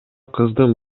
кыздын